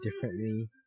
differently